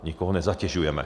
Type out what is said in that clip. Nikoho nezatěžujeme.